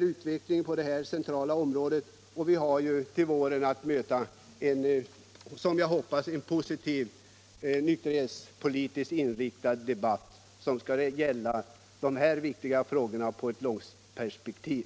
utvecklingen på det här centrala området. Vi får ju i vår en, som jag hoppas, positiv nykterhetspolitisk debatt, som kommer att gälla dessa frågor i ett långsiktigt perspektiv.